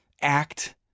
act